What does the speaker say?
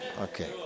Okay